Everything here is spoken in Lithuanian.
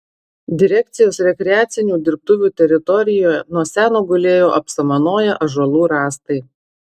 direkcijos rekreacinių dirbtuvių teritorijoje nuo seno gulėjo apsamanoję ąžuolų rąstai